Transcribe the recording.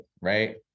right